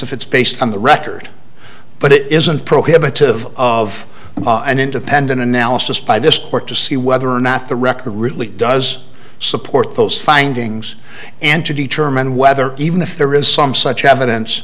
if it's based on the record but it isn't prohibitive of an independent analysis by this court to see whether or not the record really does support those findings and to determine whether even if there is some such evidence